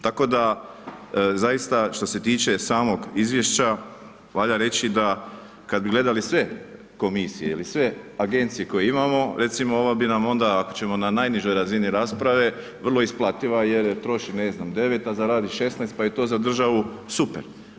Tako da, zaista, što se tiče samog izvješća, valja reći da, kad bi gledali sve komisije ili sve agencije koje imamo, recimo, ova bi nam onda, ako ćemo na najnižoj razini rasprave, vrlo isplativa jer troši 9, a zaradi 16, pa je to za državu super.